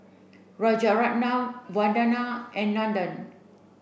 Rajaratnam Vandana and Nandan